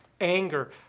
anger